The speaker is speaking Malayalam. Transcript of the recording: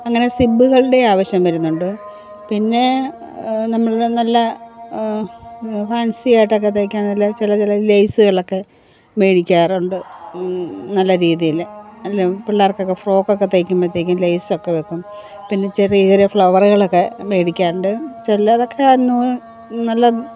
അങ്ങനെ സിബ്ബുകളുടെ ആവശ്യം വരുന്നുണ്ട് പിന്നെ നമ്മളുടെ നല്ല ഫാൻസിയായിട്ടൊക്കെ തയ്ക്കാൻ നല്ല ചില ചില ലൈസുകളൊക്കെ മേടിക്കാറുണ്ട് നല്ലരീതിയില് അല്ലെൽ പിള്ളേർക്കക്കെ ഫ്രോക്കൊക്കെ തയ്ക്കുമ്പഴത്തേക്കും ലേസ് ഒക്കെ വയ്ക്കും പിന്നെ ചെറിയ ചെറിയ ഫ്ളവറുകളൊക്കെ മേടിക്കാണ്ട് ചിലതൊക്കെ നൂല് നല്ല